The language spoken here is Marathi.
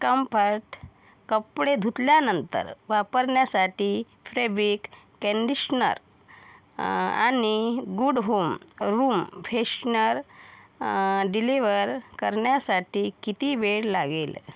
कम्फर्ट कपडे धुतल्यानंतर वापरण्यासाठी फ्रेबिक कॅन्डिशनर आ आणि good home room freshener deliver करण्यासाठी किती वेळ लागेल